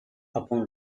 upon